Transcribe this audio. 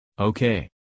Okay